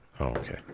okay